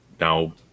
now